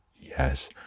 Yes